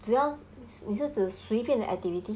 只要你是指随便的 activity